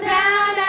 down